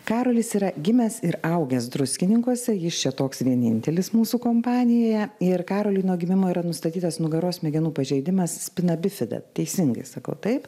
karolis yra gimęs ir augęs druskininkuose jis čia toks vienintelis mūsų kompanijoje ir karoliui nuo gimimo yra nustatytas nugaros smegenų pažeidimas spinabifida teisingai sakau taip